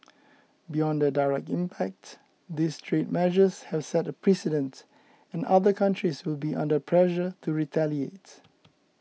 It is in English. beyond their direct impact these trade measures have set a precedent and other countries will be under pressure to retaliate